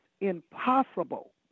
impossible